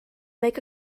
make